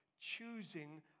choosing